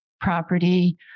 property